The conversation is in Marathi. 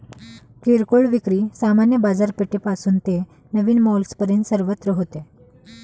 किरकोळ विक्री सामान्य बाजारपेठेपासून ते नवीन मॉल्सपर्यंत सर्वत्र होते